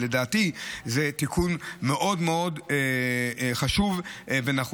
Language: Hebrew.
לדעתי זה תיקון מאוד מאוד חשוב ונחוץ.